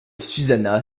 susanna